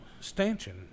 stanchion